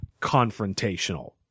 confrontational